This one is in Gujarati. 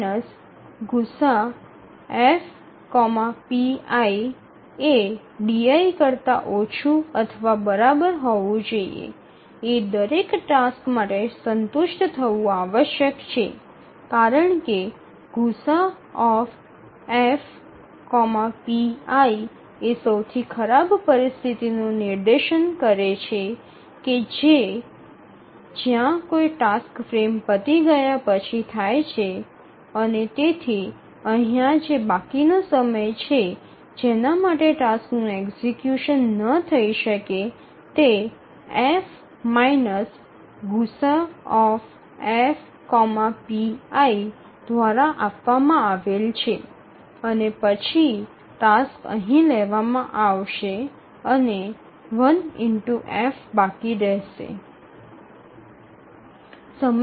2F ગુસાઅF pi ≤ di એ દરેક ટાસ્ક માટે સંતુષ્ટ થવું આવશ્યક છે કારણ કે ગુસાઅF pi એ સૌથી ખરાબ પરિસ્થિતિનું નિર્દેશન કરે છે કે જ્યાં કોઈ ટાસ્ક ફ્રેમ પતી ગયા પછી થાય છે અને તેથી અહીંયા જે બાકીનો સમય છે જેના માટે ટાસ્કનું એક્ઝિકયુશન ન થઈ શકે તે F ગુસાઅF pi દ્વારા આપવામાં આવેલ છે અને પછી ટાસ્ક અહીં લેવામાં આવશે અને 1F બાકી છે